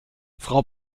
frau